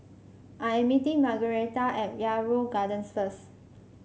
I am meeting Margueritta at Yarrow Gardens first